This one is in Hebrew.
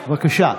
בבקשה.